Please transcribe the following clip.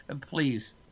Please